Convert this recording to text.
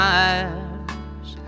eyes